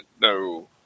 no